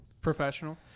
professional